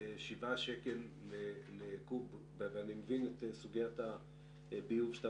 7 שקלים לקוב ואני מבין את סוגיית הביוב שאתה